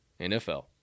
NFL